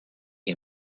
him